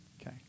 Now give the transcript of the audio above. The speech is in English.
Okay